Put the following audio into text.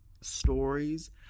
stories